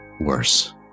worse